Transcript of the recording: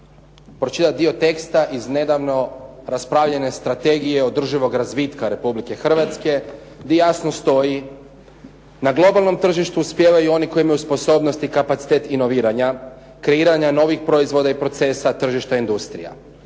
pročitati dio teksta iz nedavno raspravljene Strategije održivog razvitka Republike Hrvatske gdje jasno stoji: "Na globalnom tržištu uspijevaju oni koji imaju sposobnost i kapacitet inoviranja, kreiranja novih proizvoda i procesa, tržišta industrija.